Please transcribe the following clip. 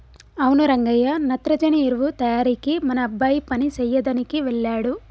అవును రంగయ్య నత్రజని ఎరువు తయారీకి మన అబ్బాయి పని సెయ్యదనికి వెళ్ళాడు